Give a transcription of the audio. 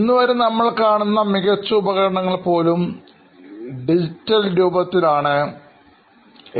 ഇന്നുവരെ നമ്മൾ കാണുന്ന മികച്ച ഉപകരണങ്ങൾ പോലും ഡിജിറ്റൽ രൂപത്തിൽ ആണ്